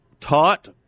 taught